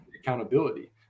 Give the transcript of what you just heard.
accountability